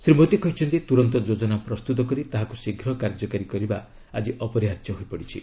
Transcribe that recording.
ଶ୍ରୀ ମୋଦି କହିଛନ୍ତି ତୁରନ୍ତ ଯୋଜନା ପ୍ରସ୍ତୁତ କରି ତାହାକୁ ଶୀଘ୍ର କାର୍ଯ୍ୟକାରୀ କରିବା ଆଜି ଅପରିହାର୍ଯ୍ୟ ହୋଇପଡ଼ିଛି